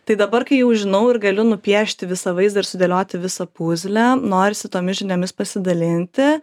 tai dabar kai jau žinau ir galiu nupiešti visą vaizdą ir sudėlioti visą pūzlę norisi tomis žiniomis pasidalinti